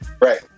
Right